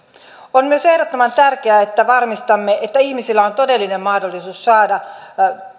on myös ehdottoman tärkeää että varmistamme että ihmisillä on todellinen mahdollisuus saada